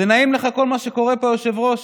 זה נעים לך כל מה שקורה פה, היושב-ראש,